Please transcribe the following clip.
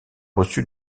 reçu